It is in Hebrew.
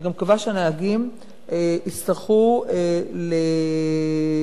וגם קבע שהנהגים יצטרכו לאכוף,